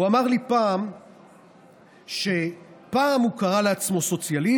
הוא אמר לי פעם שפעם הוא קרא לעצמו סוציאליסט,